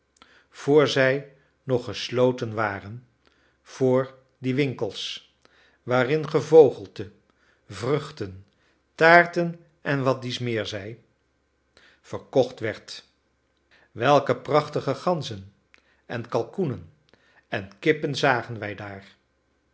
vr zij nog gesloten waren voor die winkels waarin gevogelte vruchten taarten en wat dies meer zij verkocht werd welke prachtige ganzen en kalkoenen en kippen zagen wij daar